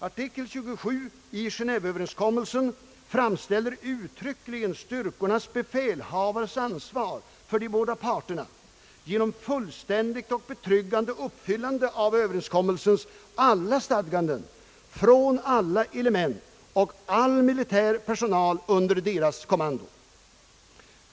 Artikel 27 i överenskommelsen fastställer uttryckligen styrkornas befälhavares ansvar för de två parterna genom fullständigt och betryggande uppfyllande av överenskommelsens alla stadganden från alla element och och all militär personal under deras kommando.